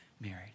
married